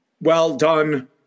well-done